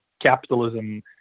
capitalism